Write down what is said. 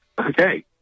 Okay